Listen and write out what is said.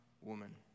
woman